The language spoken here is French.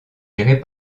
gérés